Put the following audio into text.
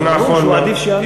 אז ברור שעדיף שהוא יענה.